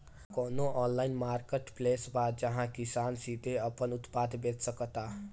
का कोनो online marketplace बा जहां किसान सीधे अपन उत्पाद बेच सकता?